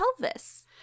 pelvis